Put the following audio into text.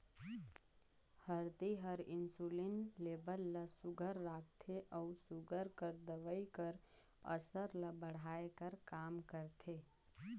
हरदी हर insulin label ल सुग्घर राखथे अउ सूगर कर दवई कर असर ल बढ़ाए कर काम करथे